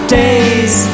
days